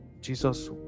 Jesus